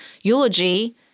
eulogy